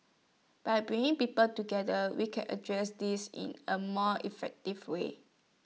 by bringing people together we can address this in A more effective way